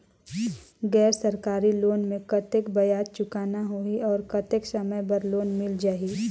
गैर सरकारी लोन मे कतेक ब्याज चुकाना होही और कतेक समय बर लोन मिल जाहि?